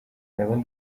level